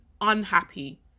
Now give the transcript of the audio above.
unhappy